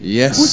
yes